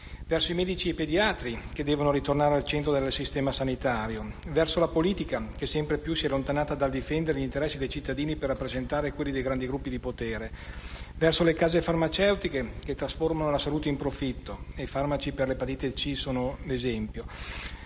verso i medici e i pediatri, che devono ritornare al centro del sistema sanitario, verso la politica, che sempre più si è allontanata dal difendere gli interessi dei cittadini per rappresentare quelli dei grandi gruppi di potere, verso le case farmaceutiche, che trasformano la salute in profitto (e i farmaci per l'epatite C ne sono un esempio),